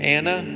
Anna